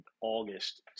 August